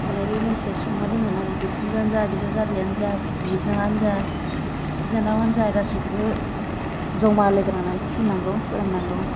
ओमफ्राय बे मानसिया संनानै दोनगोन आरो बिखुनजोआनो जा बिजावजालिआनो जा बिबोनांआनो जा बिनानावआनो जा गासिखौबो ज'मा लोगो नांनानै थिननांगौ फोरोंनांगौ